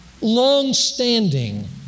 long-standing